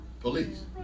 police